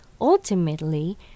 Ultimately